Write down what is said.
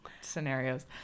scenarios